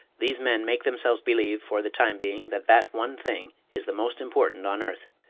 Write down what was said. these men make themselves believe for the time being that that one thing is the most important on earth.